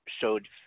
showed